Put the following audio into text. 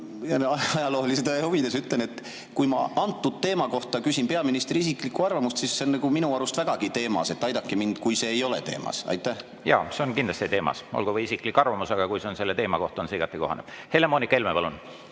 Ja ajaloolise tõe huvides ütlen, et kui ma antud teema kohta küsin peaministri isiklikku arvamust, siis see on minu arust vägagi teemas. Aidake mind, kui see ei ole teemas. Jaa, see on kindlasti teemas, olgu või isiklik arvamus, aga kui see on selle teema kohta, on see igati kohane. Helle-Moonika Helme, palun!